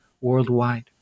worldwide